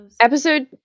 episode